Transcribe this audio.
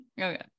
Okay